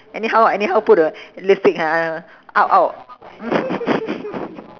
anyhow anyhow put the lipstick ha